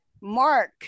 Mark